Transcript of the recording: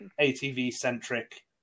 ATV-centric